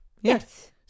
Yes